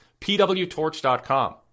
PWTorch.com